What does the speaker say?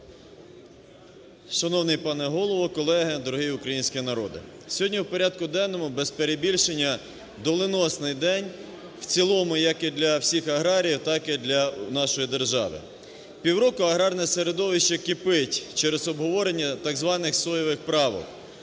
Шановний пане Голово, колеги, дорогий український народе! Сьогодні в порядку денному, без перебільшення, доленосний день в цілому як і для всіх аграріїв, так і для нашої держави. Півроку аграрне середовище кипить через обговорення так званих соєвих правок.